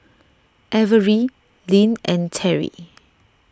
Averie Lynn and Terry